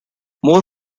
more